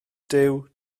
duw